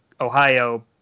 Ohio